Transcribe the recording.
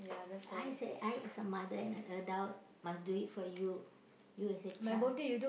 I as I as a mother and an adult must do it for you you as a child